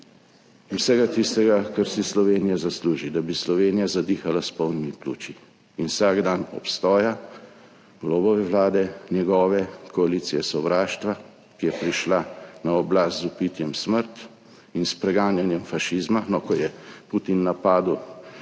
in vsega tistega, kar si Slovenija zasluži, da bi Slovenija zadihala s polnimi pljuči, vsak dan obstoja Golobove vlade, njegove koalicije sovraštva, ki je prišla na oblast z vpitjem smrt in s preganjanjem fašizma. No, ko je Putin napadel